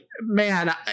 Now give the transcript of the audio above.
man